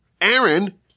Aaron